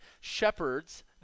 shepherds